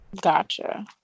Gotcha